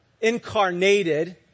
incarnated